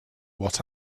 what